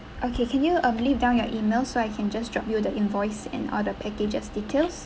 okay can you um leave down your email so I can just drop you the invoice and all the packages details